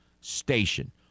station